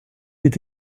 est